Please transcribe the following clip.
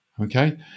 okay